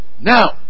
Now